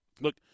Look